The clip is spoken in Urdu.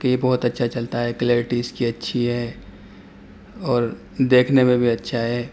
کہ یہ بہت اچھا چلتا ہے کلیرٹی اس کی اچھی ہے اور دیکھنے میں بھی اچھا ہے